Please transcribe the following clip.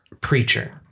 preacher